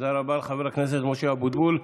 תודה רבה לחבר הכנסת משה אבוטבול.